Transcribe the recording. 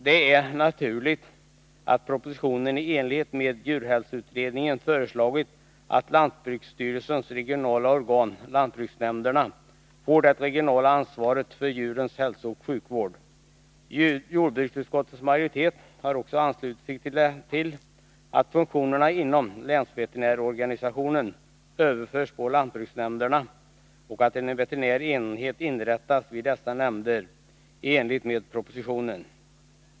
Det är naturligt att regeringen i enlighet med djurhälsoutredningens betänkande föreslagit att lantbruksstyrelsens regionala organ, lantbruksnämnderna, får det regionala ansvaret för djurens hälsooch sjukvård. Jordbruksutskottets majoritet har också anslutit sig till förslaget att funktionerna inom länsveterinärsorganisationen överförs till lantbruks nämnderna och att en veterinär enhet inrättas vid dessa nämnder i enlighet med vad som sägs i propositionen.